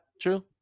true